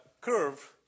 curve